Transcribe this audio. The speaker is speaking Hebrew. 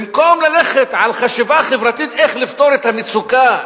במקום ללכת על חשיבה חברתית איך לפתור את המצוקה,